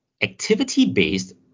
activity-based